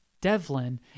Devlin